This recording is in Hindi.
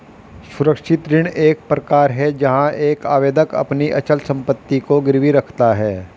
सुरक्षित ऋण एक प्रकार है जहां एक आवेदक अपनी अचल संपत्ति को गिरवी रखता है